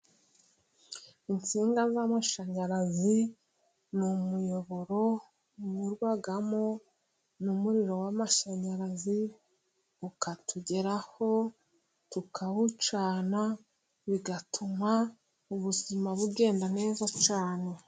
Insinga z'amashanyarazi ,ni umuyoboro unyurwamo n'umuriro w'amashanyarazi ukatugeraho ,tukawucana bigatuma ubuzima bugenda neza cyane.